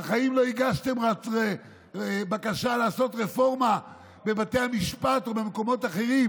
בחיים לא הגשתם בקשה לעשות רפורמה בבתי המשפט או במקומות אחרים,